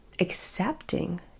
accepting